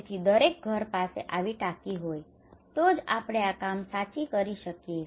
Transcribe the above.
તેથી દરેક ઘર પાસે આવી ટાંકી હોય તો જ આપણે આ કામ સાચી કરી શકીએ